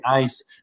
nice